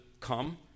come